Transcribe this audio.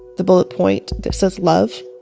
the bullet point that says love.